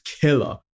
killer